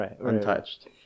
untouched